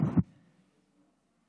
כנסת נכבדים,